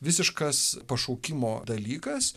visiškas pašaukimo dalykas